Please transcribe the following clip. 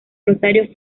rosario